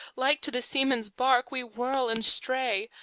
like to the seaman's bark, we whirl and stray.